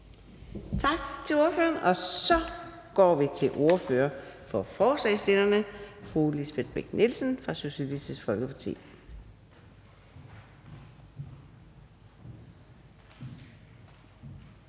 Tak til ordføreren, og så går vi til ordføreren for forslagsstillerne, fru Lisbeth Bech-Nielsen fra Socialistisk Folkeparti.